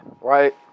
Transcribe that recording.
right